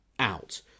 out